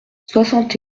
soixante